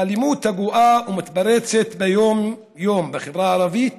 האלימות הגואה והמתפרצת ביום-יום בחברה הערבית